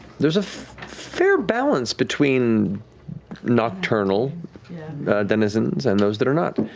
there's a fair balance between nocturnal denizens and those that are not.